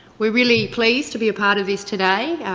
we're really pleased to be a part of this today.